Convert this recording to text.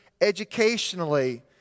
educationally